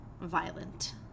violent